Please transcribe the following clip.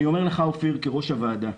אני אומר לך, אופיר, כראש העבודה,